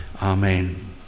Amen